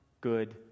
good